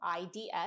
IDS